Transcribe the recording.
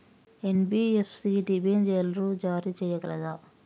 NBFC డిబెంచర్లు జారీ చేయగలదా?